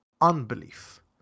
unbelief